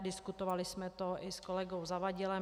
Diskutovali jsme to i s kolegou Zavadilem.